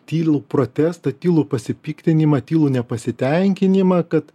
tylų protestą tylų pasipiktinimą tylų nepasitenkinimą kad